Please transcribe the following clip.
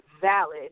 valid